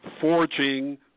forging